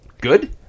good